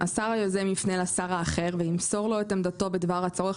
השר היוזם יפנה לשר האחר וימסור לו את עמדתו בדבר הצורך